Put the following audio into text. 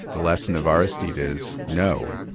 the lesson of aristide is no.